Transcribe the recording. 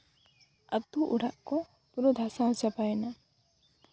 ᱟᱛᱳ ᱚᱲᱟᱜ ᱠᱚ ᱯᱩᱨᱟᱹ ᱫᱷᱟᱥᱟᱣ ᱪᱟᱵᱟᱭᱱᱟ